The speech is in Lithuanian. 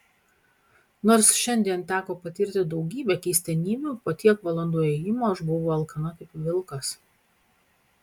nors šiandien teko patirti daugybę keistenybių po tiek valandų ėjimo aš buvau alkana kaip vilkas